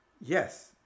Yes